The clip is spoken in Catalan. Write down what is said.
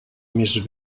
més